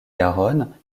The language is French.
garonne